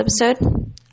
episode